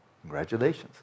Congratulations